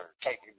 taking